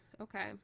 Okay